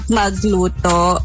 magluto